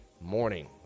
morning